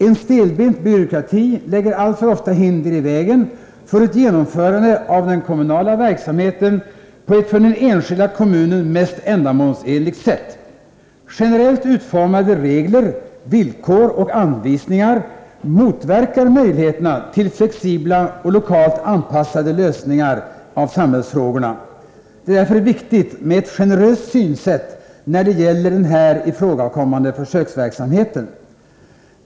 En stelbent byråkrati lägger alltför ofta hinder i vägen för ett genomförande av den kommunala verksamheten på det för den enskilda kommunen mest ändamålsenliga sättet. Generellt utformade regler, villkor och anvisningar motverkar möjligheterna till flexibla och lokalt anpassade lösningar av samhällsfrågorna. Det är därför viktigt med ett generöst synsätt när det gäller den här ifrågakommande försöksverksamheten.